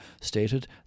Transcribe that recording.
stated